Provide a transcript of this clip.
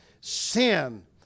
Sin